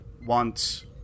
want